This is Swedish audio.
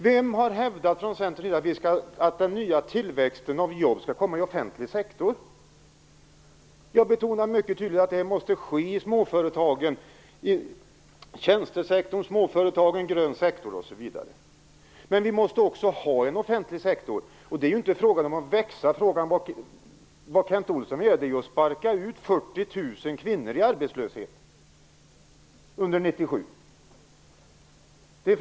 Vem i Centern har hävdat att den nya tillväxten av jobb skall komma i offentlig sektor? Jag betonade mycket tydligt att det måste ske i småföretagen, i tjänstesektorn, i den gröna sektorn osv. Men vi måste också ha en offentlig sektor. Det är inte frågan om att den skall växa. Vad Kent Olsson vill göra är ju att sparka ut 40 000 kvinnor i arbetslöshet under 1997.